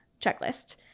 Checklist